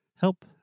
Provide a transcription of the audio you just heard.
help